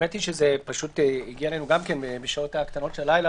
זה הגיע אלינו בשעות הקטנות של הלילה